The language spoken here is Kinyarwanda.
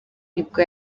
nibwo